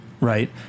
right